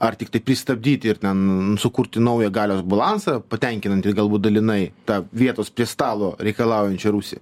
ar tiktai pristabdyt ir ten sukurti naują galios balansą patenkinantį galbūt dalinai tą vietos prie stalo reikalaujančią rusiją